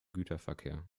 güterverkehr